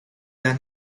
dan